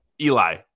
Eli